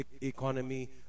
economy